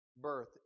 birth